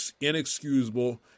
inexcusable